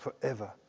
forever